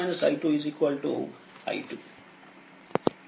అంటే i1 i2i2